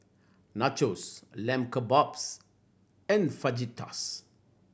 Nachos Lamb Kebabs and Fajitas